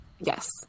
Yes